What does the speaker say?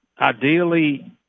Ideally